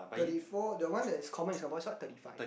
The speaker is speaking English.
thirty four the one that is common is what thirty five